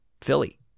Philly